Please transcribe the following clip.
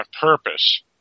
purpose